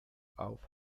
auf